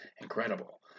Incredible